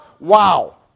Wow